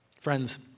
Friends